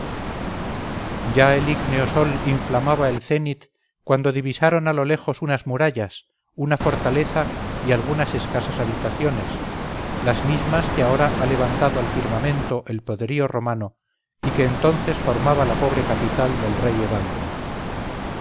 ya el ígneo sol inflamaba el cenit cuando divisaron a lo lejos unas murallas una fortaleza y algunas escasas habitaciones las mismas que ahora ha levantado al firmamento el poderío romano y que entonces formaba la pobre capital del rey evandro